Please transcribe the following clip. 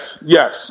yes